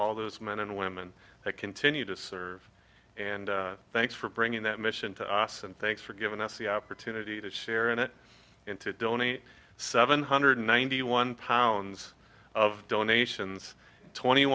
all those men and women that continue to serve and thanks for bringing that mission to us and thanks for giving us the opportunity to share in it into dhoni seven hundred ninety one pounds of donations twenty